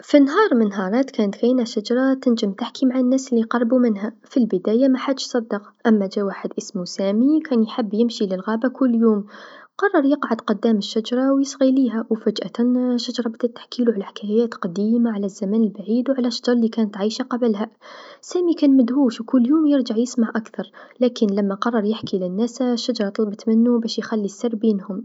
في نهار من النهارات كانت كاينه شجرا تنجم تحكي مع الناس ليقربو منها، في البدايه محدش صدق أما جا واحد إسمو سامي كان يحب يمشي للغابه كل يوم، قرر يقعد قدام الشجرا ويسقي ليها فجأت بدات الشجرا تحكيلو حكايات قديمه على الزمن القديم و على شجر لكانت عايشه قبلها، سامي كان مدهوش و كل يوم يرجع يسمع أكثر لكن لما قرر يحكي للناس شجرا طلبت منو باش يخلي السر بينهم.